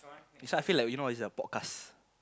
this one I feel like you know is a podcast